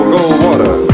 Goldwater